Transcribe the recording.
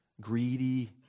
greedy